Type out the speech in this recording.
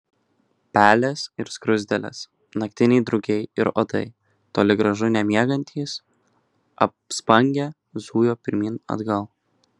pelės ir skruzdėlės naktiniai drugiai ir uodai toli gražu nemiegantys apspangę zujo pirmyn atgal